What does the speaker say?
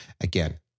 again